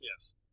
Yes